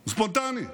ספונטני,